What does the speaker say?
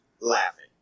Laughing